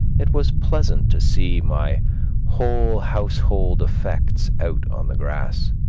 it was pleasant to see my whole household effects out on the grass,